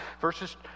Verses